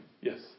Yes